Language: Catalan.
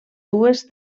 dues